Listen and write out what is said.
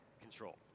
control